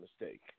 mistake